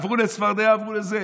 עברו לצפרדע, עברו לזה.